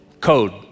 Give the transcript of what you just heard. Code